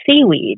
seaweed